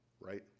right